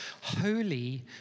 holy